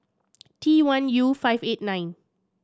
T one U five eight nine